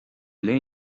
bhfuil